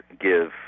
give